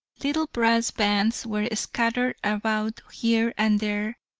little brass bands were scattered about here and there,